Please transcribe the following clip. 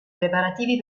preparativi